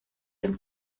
dem